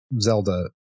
Zelda